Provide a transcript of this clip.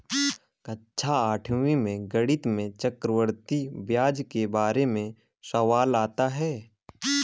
कक्षा आठवीं में गणित में चक्रवर्ती ब्याज के बारे में सवाल आता है